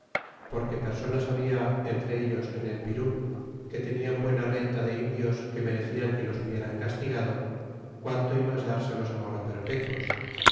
porque personas habla entre ellos en el pirú que tenien buena renta de indios que rnerecian que los hubieran castigado quauto y mas dárselos ahora perpetuos